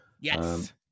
Yes